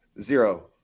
Zero